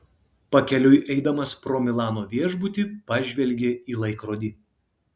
pakeliui eidamas pro milano viešbutį pažvelgė į laikrodį